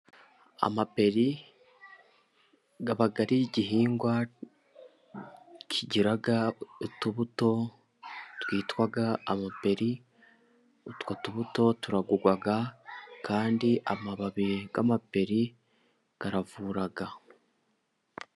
Amaperi aba ari igihingwa kigira utubuto twitwa amaperi. Utwo tubuto turagurwa kandi amababi y'amaperi aravura.